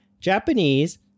Japanese